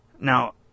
Now